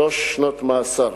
שלוש שנות מאסר,